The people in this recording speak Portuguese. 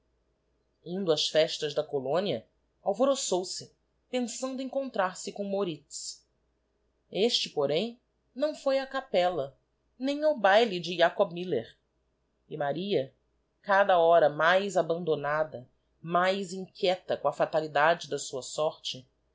indo ás festas da colónia alvoroçou se pensando encontrar-se com moritz este porém não foi á capella nem ao baile de jacob miiller e maria cada hora mais abandonada mais inquieta com a fatalidade da sua sorte